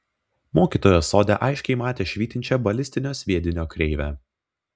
mokytojas sode aiškiai matė švytinčią balistinio sviedinio kreivę